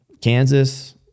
kansas